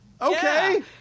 okay